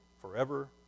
forever